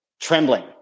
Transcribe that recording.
trembling